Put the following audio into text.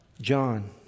John